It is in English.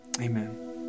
Amen